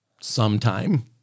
sometime